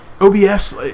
OBS